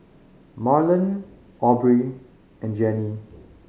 Marlen Aubree and Jenny